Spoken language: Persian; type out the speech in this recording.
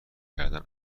کردن